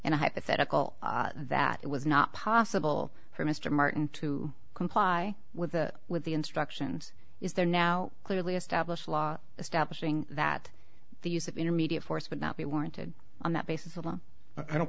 a hypothetical that it was not possible for mr martin to comply with the with the instructions is there now clearly established law establishing that the use of intermediate force would not be warranted on that basis alone i don't